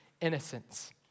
innocence